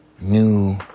new